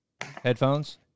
headphones